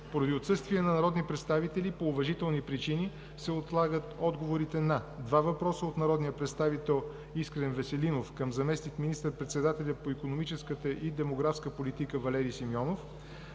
Поради отсъствие на народни представители по уважителни причини, се отлагат отговорите на два въпроса от народния представител Искрен Веселинов към заместник министър-председателя по икономическата и демографска политика Валери Симеонов.